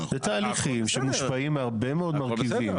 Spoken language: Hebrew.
זה תהליכים שמושפעים מהרבה מאוד מרכיבים,